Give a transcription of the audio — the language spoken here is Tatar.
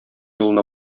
юлына